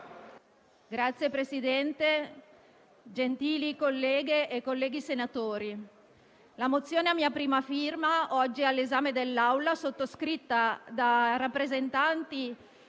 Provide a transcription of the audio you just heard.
Signor Presidente, gentili colleghe e colleghi, la mozione a mia prima firma, oggi all'esame dell'Assemblea, sottoscritta da rappresentanti